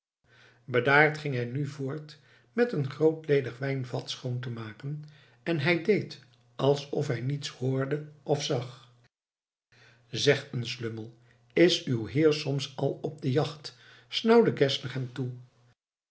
bedaard ging hij nu voort met een groot ledig wijnvat schoon te maken en hij deed alsof hij niets hoorde of zag zeg eens lummel is uw heer soms al op de jacht snauwde geszler hem toe